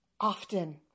often